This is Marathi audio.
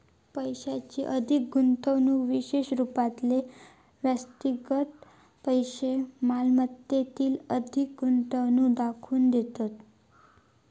पैशाची अधिक गुंतवणूक विशेष रूपातले व्यक्तिगत पैशै मालमत्तेतील अधिक गुंतवणूक दाखवून देतत